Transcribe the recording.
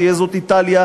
תהיה זאת איטליה,